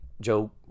Joe